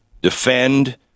defend